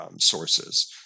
sources